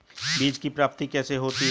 बीज की प्राप्ति कैसे होती है?